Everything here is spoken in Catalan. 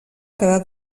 quedar